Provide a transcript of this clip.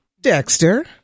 Dexter